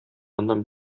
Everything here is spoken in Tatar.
моннан